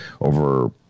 over